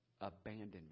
abandonment